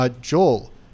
Joel